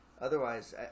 Otherwise